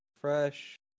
Fresh